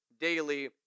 daily